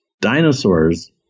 Dinosaurs